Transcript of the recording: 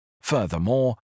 Furthermore